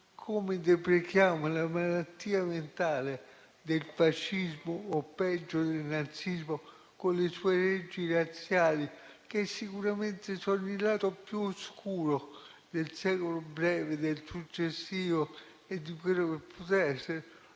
come deprechiamo la malattia mentale del fascismo o peggio del nazismo con le sue leggi razziali che sicuramente sono il lato più oscuro del secolo breve, del successivo e di quello che potrà